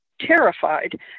terrified